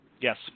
Yes